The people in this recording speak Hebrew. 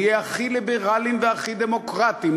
נהיה הכי ליברליים והכי דמוקרטיים,